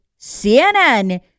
CNN